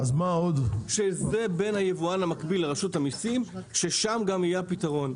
זה בין היבואן המקביל לרשות המסים וששם גם יהיה הפתרון.